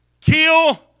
kill